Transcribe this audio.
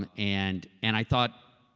and and and i thought